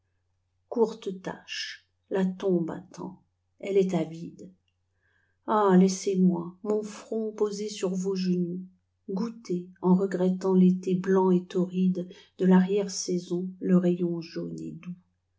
courte tâche la tombe attend elle est avide ah laissez-moi mon front posé sur vos genoux goûter en regrettant l'été blanc et torride de rarrière saison le rayon jaune et doux